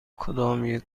کدامیک